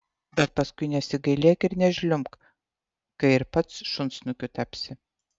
bet paskui nesigailėk ir nežliumbk kai ir pats šunsnukiu tapsi